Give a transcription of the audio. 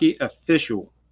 official